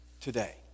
today